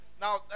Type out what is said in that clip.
Now